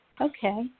Okay